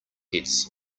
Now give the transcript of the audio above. gets